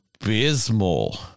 abysmal